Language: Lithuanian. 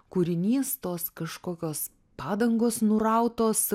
kūrinys tos kažkokios padangos nurautos